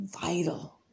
vital